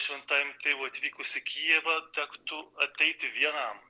šventajam tėvui atvykus į kijevą tektų ateiti vienam